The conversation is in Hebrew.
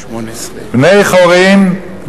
בני חורין,